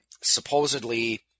supposedly